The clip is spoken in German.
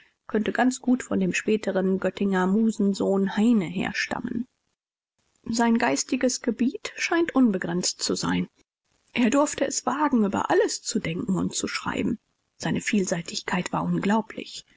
könnte ganz gut von dem späteren göttinger musensohn heine herstammen sein geistiges gebiet scheint unbegrenzt zu sein er durfte es wagen über alles zu denken und zu schreiben seine vielseitigkeit war unglaublich